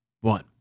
one